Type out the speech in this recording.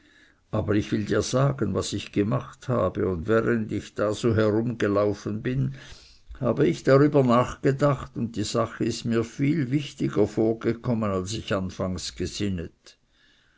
aber ich will dir sagen was ich gemacht habe und während ich da so herumgelaufen bin habe ich darüber nachgedacht und die sache ist mir viel wichtiger vorgekommen als ich afangs gsinnet